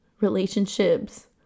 relationships